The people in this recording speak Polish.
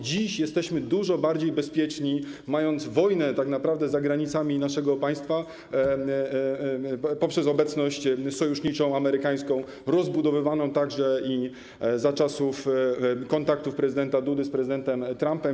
Dziś jesteśmy dużo bardziej bezpieczni, mając wojnę - tak naprawdę za granicami naszego państwa - poprzez obecność sojuszniczą amerykańską, rozbudowywaną także i za czasów kontaktów prezydenta Dudy z prezydentem Trumpem.